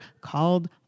called